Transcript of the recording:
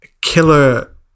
killer